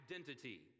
identity